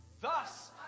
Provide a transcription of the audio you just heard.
thus